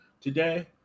today